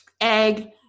egg